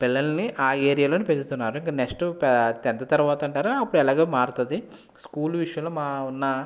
పిల్లలని ఆ ఏరియాలోనే పెంచుతున్నారు ఇంకా నెక్స్ట్ టెన్త్ తరువాత అంటారా అప్పుడు ఎలాగో మారుతుంది స్కూల్ విషయంలో ఉన్న